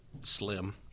slim